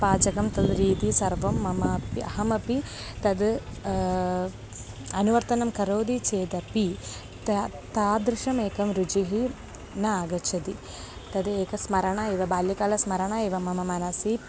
पाचकं तत् रीतिः सर्वं ममापि अहमपि तत् अनुवर्तनं करोति चेदपि त तादृशमेकं रुचिः न आगच्छति तत् एकं स्मरणम् इव बाल्यकालस्मरणम् इव मम मनसि